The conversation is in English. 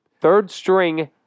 third-string